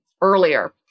earlier